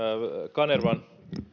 kanervan